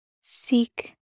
seek